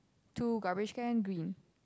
two garbage can green